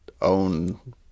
own